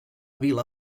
vila